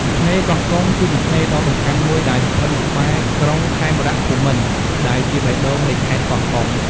ឆ្នេរកោះកុង គឺជាឆ្នេរដ៏សំខាន់មួយដែលស្ថិតនៅក្បែរ ក្រុងខេមរភូមិន្ទ ដែលជាបេះដូងនៃខេត្តកោះកុង។